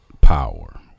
power